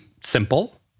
simple